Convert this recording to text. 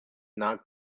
not